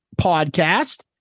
Podcast